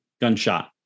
gunshot